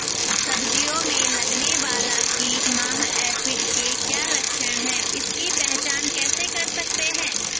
सब्जियों में लगने वाला कीट माह एफिड के क्या लक्षण हैं इसकी पहचान कैसे कर सकते हैं?